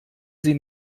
sie